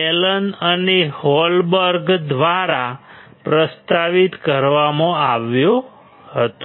Allan અને Holberg દ્વારા પ્રસ્તાવિત કરવામાં આવ્યો હતો